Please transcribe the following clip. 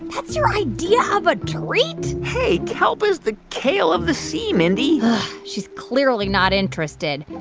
that's your idea of a treat? hey, kelp is the kale of the sea, mindy she's clearly not interested.